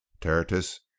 tertius